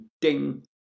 ding